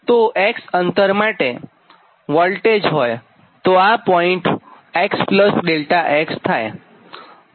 તો X અંતર માટે વોલ્ટેજ હોય તો આ પોઇન્ટ X ∆x થાય